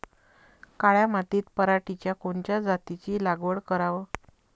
काळ्या मातीत पराटीच्या कोनच्या जातीची लागवड कराव?